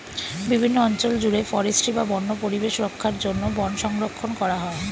বিভিন্ন অঞ্চল জুড়ে ফরেস্ট্রি বা বন্য পরিবেশ রক্ষার জন্য বন সংরক্ষণ করা হয়